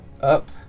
up